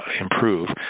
improve